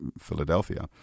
Philadelphia